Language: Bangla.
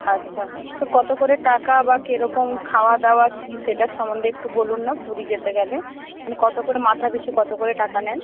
আচ্ছা কত করে টাকা বা কেরকম খাওয়া দাওয়া কী সেটার সম্বন্ধে একটু বলুন না পুরী যেতে গেলে কত করে মাথা পিছু কত করে টাকা নেন